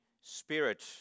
Spirit